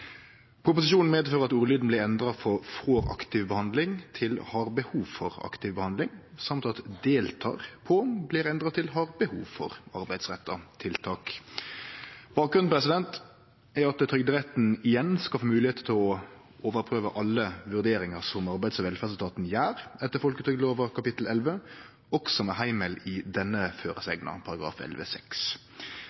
Proposisjonen medfører at ordlyden blir endra frå «får aktiv behandling» til «har behov for aktiv behandling» og at «deltar på et arbeidsrettet tiltak» blir endra til «har behov for arbeidsrettet tiltak». Bakgrunnen er at trygderetten igjen skal få moglegheit til å overprøve alle vurderingar som Arbeids- og velferdsetaten gjer etter folketrygdlova kapittel 11, også med heimel i denne